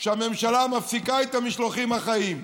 שהממשלה מפסיקה את המשלוחים החיים,